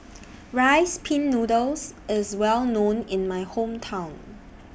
Rice Pin Noodles IS Well known in My Hometown